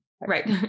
Right